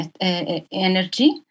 energy